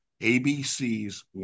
ABC's